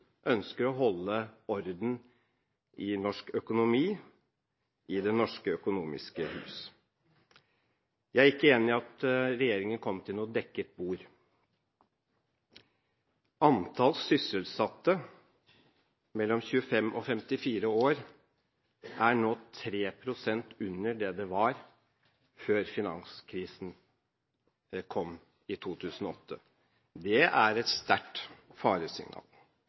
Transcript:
ønsker å holde orden i norsk økonomi, i det norske økonomiske hus. Jeg er ikke enig i at regjeringen kom til noe dekket bord. Antall sysselsatte mellom 25 og 54 år er nå 3 pst. under det det var før finanskrisen kom i 2008. Det er et sterkt faresignal.